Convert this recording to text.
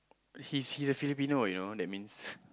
he's he's a Filipino you know that means